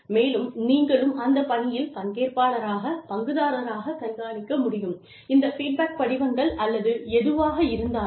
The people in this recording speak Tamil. மேலும் நீங்களும் அந்த பணியில் பங்கேற்பாளராக பங்குதாரராக கண்காணிக்க முடியும் இந்த ஃபீட்பேக் படிவங்கள் அல்லது எதுவாக இருந்தாலும்